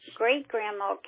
great-grandma